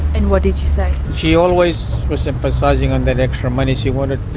and what did she say? she always was emphasising on that extra money she wanted,